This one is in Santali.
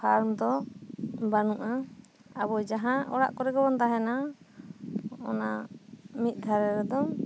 ᱯᱷᱟᱨᱢ ᱫᱚ ᱵᱟᱹᱱᱩᱜ ᱟ ᱟᱵᱚ ᱡᱟᱦᱟᱸ ᱚᱲᱟᱜ ᱠᱚᱨᱮ ᱜᱮ ᱵᱚᱱ ᱛᱟᱦᱮᱱᱟ ᱚᱱᱟ ᱢᱤᱫ ᱫᱷᱟᱨᱮ ᱨᱮᱫᱚ